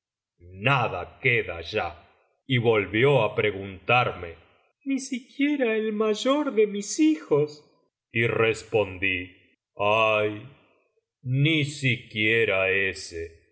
nada queda ya y volvió á preguntarme ni siquiera el mayor de mis hijos y respondí ay ni siquiera